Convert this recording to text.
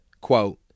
Quote